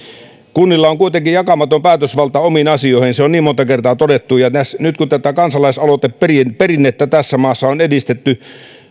kunnilla on kuitenkin jakamaton päätösvalta omiin asioihinsa se on niin monta kertaa todettu nyt kun tätä kansalaisaloiteperinnettä tässä maassa on edistetty